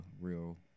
real